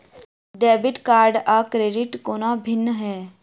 Debit card आ credit कोना भिन्न है?